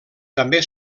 també